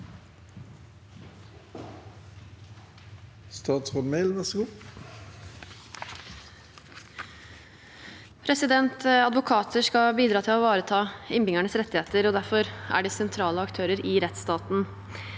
Advokater skal bi- dra til å ivareta innbyggernes rettigheter, og derfor er de sentrale aktører i rettsstaten.